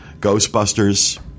Ghostbusters